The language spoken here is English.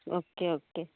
okay okay